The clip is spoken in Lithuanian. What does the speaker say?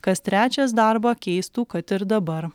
kas trečias darbą keistų kad ir dabar